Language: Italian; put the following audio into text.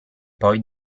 poi